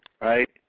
right